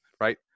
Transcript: Right